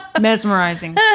Mesmerizing